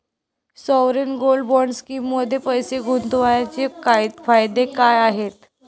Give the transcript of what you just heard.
Sovereign gold bond स्कीममध्ये पैसे गुंतवण्याचे फायदे काय आहेत?